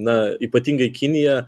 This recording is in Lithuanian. na ypatingai kinija